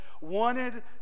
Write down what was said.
wanted